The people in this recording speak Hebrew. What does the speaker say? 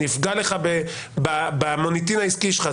אני אפגע לך במוניטין העסקי שלך.